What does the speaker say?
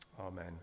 Amen